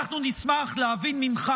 אנחנו נשמח להבין ממך: